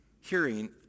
hearing